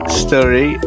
story